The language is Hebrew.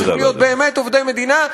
צריכים להיות באמת עובדי מדינה,